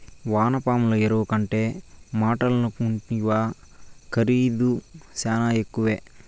వానపాముల ఎరువంటే మాటలనుకుంటివా ఖరీదు శానా ఎక్కువే